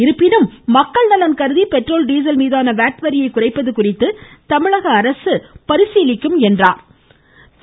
இருப்பினும் மக்கள் நலன் கருதி பெட்ரோல் டீசல் மீதான வாட் வரியை குறைப்பது குறித்து தமிழக அரசு சிந்திக்கும் என்றார்